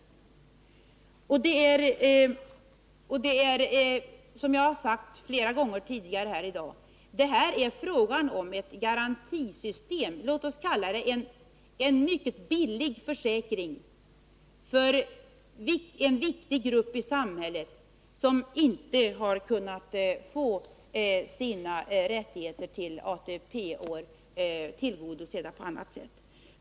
Som jag har sagt flera gånger tidigare i dag gäller detta ett garantisystem. Låt oss kalla det en mycket billig försäkring för en viktig samhällsgrupp, som inte har kunnat få sina rättigheter till ATP-år tillgodosedda på annat sätt.